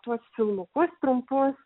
tuos filmukus trumpus